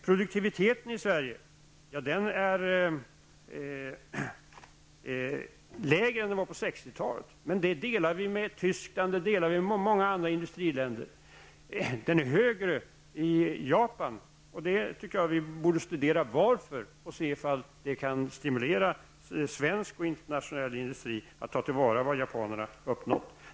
Produktiviteten i Sverige är lägre än den var på 60 talet. Denna situation delar vi dock med Tyskland och många andra industriländer. Produktionsutvecklingen är dock hög i Japan. Jag tycker att vi borde studera varför och se om det kan stimulera svensk och internationell industri att ta till vara vad japanerna har uppnått.